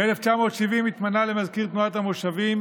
ב-1970 התמנה למזכיר תנועת המושבים,